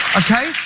okay